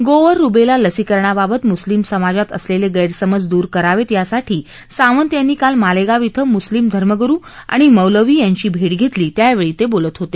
गोवर रुबेला लसीकरणाबाबत मुस्लिम समाजात असलेले गैरसमज दूर करावेत यासाठी सावंत यांनी काल मालेगाव इथं मुस्लिम धर्मगुरू आणि मौलवी यांची भे घेतली त्यावेळी ते बोलत होते